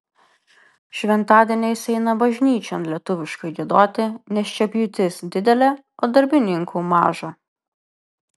šventadieniais eina bažnyčion lietuviškai giedoti nes čia pjūtis didelė o darbininkų maža